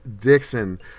Dixon